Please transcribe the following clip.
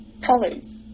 Colors